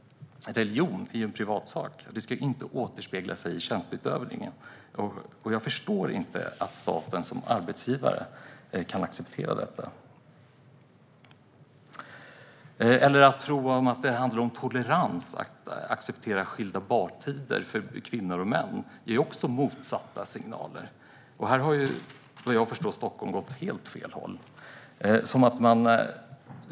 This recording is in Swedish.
Religion är en privat sak. Och det ska inte återspegla sig i tjänsteutövningen. Jag förstår inte att staten som arbetsgivare kan acceptera detta. Att tro att det handlar om tolerans att acceptera skilda badtider för kvinnor och män ger också motsatta signaler. Såvitt jag förstår har Stockholm gått åt helt fel håll här.